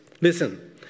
Listen